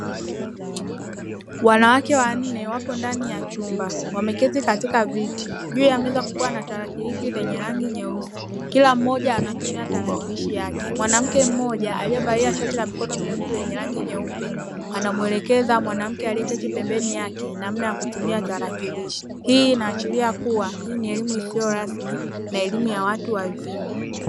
Wanawake wanne wapo ndani ya chumba, wameketi katika viti juu ya meza kukiwa na tarakirishi zenye rangi nyeusi, kila mmoja anatumia tarakirishi yake, mwanamke mmoja aliyevalia shati la mikono mirefu lenye rangi nyeupe anamuelekeza mwanamke aliyeketi pembeni yake namna ya kutumia tarakirishi, hii inaashiria kuwa hii ni elimu isiyo rasmi na elimu ya watu wazima.